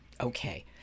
Okay